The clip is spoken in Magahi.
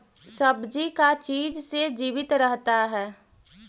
सब्जी का चीज से जीवित रहता है?